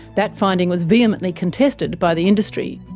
that finding was vehemently contested by the industry.